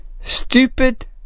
Stupid